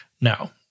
Now